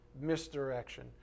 Misdirection